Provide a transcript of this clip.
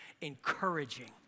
encouraging